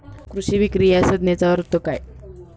कृषी विक्री या संज्ञेचा अर्थ काय?